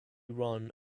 run